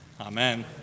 amen